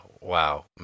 Wow